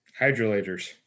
Hydrolators